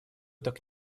так